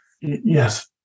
Yes